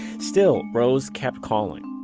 still, rose kept calling.